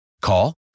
Call